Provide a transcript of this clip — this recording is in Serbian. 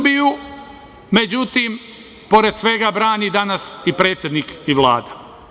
Međutim, Srbiju pored svega brani danas i predsednik i Vlada.